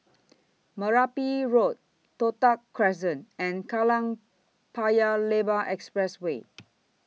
Merpati Road Toh Tuck Crescent and Kallang Paya Lebar Expressway